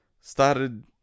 started